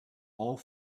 all